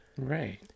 Right